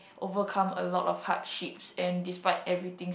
overcome a lot of hardships and despite everything